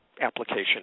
application